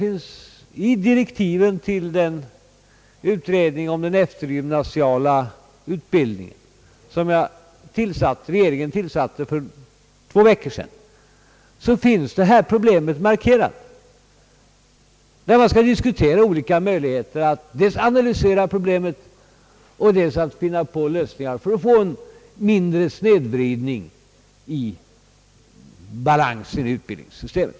I direktiven till utredningen om den eftergymnasiala utbildningen, tillsatt för två veckor sedan, är detta problem markerat — utredningen skall dels analysera problemet, dels överväga möjligheterna att minska snedvridningen och förbättra balansen i utbildningssystemet.